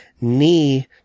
knee